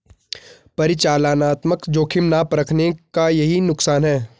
परिचालनात्मक जोखिम ना परखने का यही नुकसान है